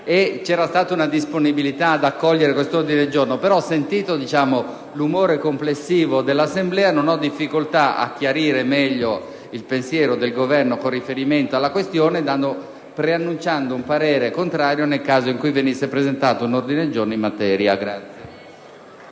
manifestata una disponibilità ad accogliere tale ordine del giorno. Tuttavia, registrato l'umore complessivo dell'Assemblea, non ho difficoltà a chiarire meglio il pensiero del Governo relativamente alla questione, preannunciando un parere contrario nel caso in cui venisse presentato un ordine del giorno in materia.